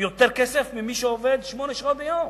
יותר כסף ממי שעובד שמונה שעות ביום,